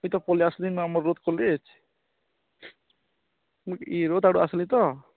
ମୁଇଁ ତ ପଲାଇ ଆସିଲିନ୍ ଆସିଲି ତ